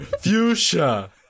fuchsia